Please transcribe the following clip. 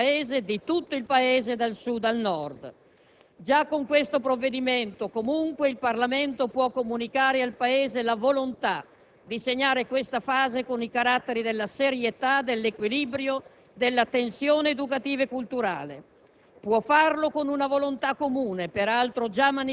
un'idea della scuola che è tutt'uno con l'idea che abbiamo del Paese, di tutto il Paese, dal Sud al Nord. Già con questo provvedimento, comunque, il Parlamento può comunicare al Paese la volontà di segnare questa fase con i caratteri della serietà, dell'equilibrio, della tensione educativa e culturale.